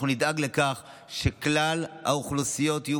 אנחנו נדאג לכך שכלל האוכלוסיות יהיו